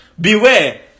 beware